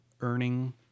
earning